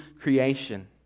creation